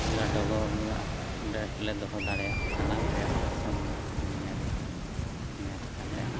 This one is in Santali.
ᱞᱮ ᱰᱚᱜᱚᱨ ᱞᱮ ᱟᱯᱰᱮᱹᱴ ᱞᱮ ᱫᱚᱦᱚ ᱫᱟᱲᱮᱭᱟᱜ ᱠᱟᱱᱟ ᱫᱮᱥ ᱫᱤᱥᱚᱢ ᱫᱩᱱᱤᱭᱟᱹ ᱨᱮ ᱤᱱᱟᱹ ᱞᱮᱠᱟᱛᱮ